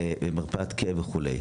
למרפאת כאב וכולי.